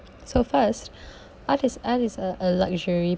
so first art is art is a a luxury